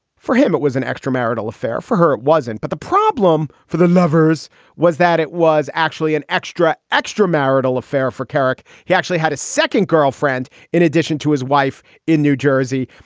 for him, it was an extramarital affair. for her, it wasn't. but the problem for the lovers was that it was actually an extra, extra marital affair for kerik. he actually had a second girlfriend in addition to his wife in new jersey.